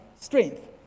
strength